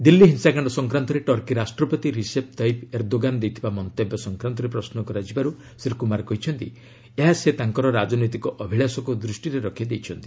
ଦିଲ୍ଲୀ ହିଂସାକାଣ୍ଡ ସଂକ୍ରାନ୍ତରେ ଟର୍କୀ ରାଷ୍ଟ୍ରପତି ରିସେପ ତୟିପ୍ ଏର୍ଦ୍ଦୋଗାନ୍ ଦେଇଥିବା ମନ୍ତବ୍ୟ ସଂକ୍ରାନ୍ତରେ ପ୍ରଶ୍ନ କରାଯିବାରୁ ଶ୍ରୀ କୁମାର କହିଛନ୍ତି ଏହା ସେ ତାଙ୍କର ରାଜନୈତିକ ଅଭିଳାଷକୁ ଦୃଷ୍ଟିରେ ରଖି ଦେଇଛନ୍ତି